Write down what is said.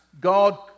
God